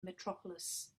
metropolis